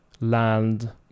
Land